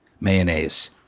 Mayonnaise